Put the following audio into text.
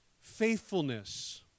faithfulness